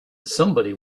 somebody